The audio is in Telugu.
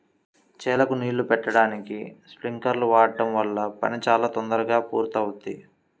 చేలకు నీళ్ళు బెట్టడానికి స్పింకర్లను వాడడం వల్ల పని చాలా తొందరగా పూర్తవుద్ది